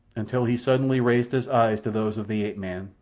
until he suddenly raised his eyes to those of the ape-man,